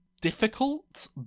difficult